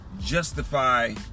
justify